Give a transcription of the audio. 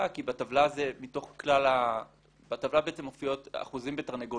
כי בטבלה מופיעים אחוזים בתרנגולות,